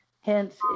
Hence